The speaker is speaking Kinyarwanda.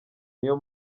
niyo